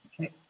Okay